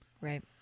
right